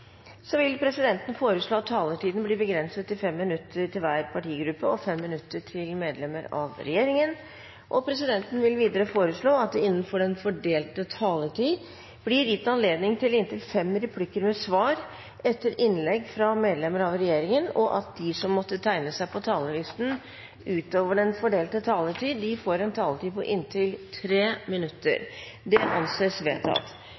Så med bakgrunn i det som er sagt og lagt til grunn, vil Arbeiderpartiet slutte seg til tilrådingen fra en enstemmig komité. Flere har ikke bedt om ordet til sak nr. 3. Etter ønske fra justiskomiteen vil presidenten foreslå at taletiden blir begrenset til 5 minutter til hver partigruppe og 5 minutter til medlemmer av regjeringen. Videre vil presidenten foreslå at det – innenfor den fordelte taletid – blir gitt anledning til inntil tre replikker med svar etter innlegg